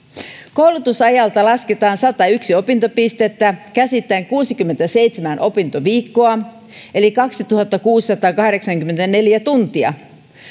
koulutusajalta lasketaan satayksi opintopistettä käsittäen kuusikymmentäseitsemän opintoviikkoa eli kaksituhattakuusisataakahdeksankymmentäneljä tuntia